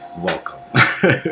Welcome